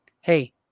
Hey